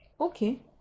okay